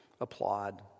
applaud